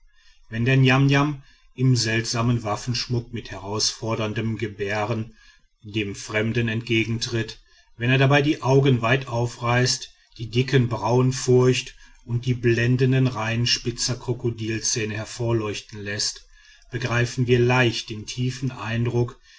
wenn der niamniam im seltsamen waffenschmuck mit herausforderndem gebaren dem fremden entgegentritt wenn er dabei die augen weit aufreißt die dicken brauen furcht und die blendende reihe spitzer krokodilzähne hervorleuchten läßt begreifen wir leicht den tiefen eindruck